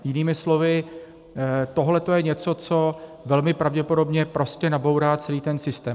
Jinými slovy, tohleto je něco, co velmi pravděpodobně prostě nabourá celý ten systém.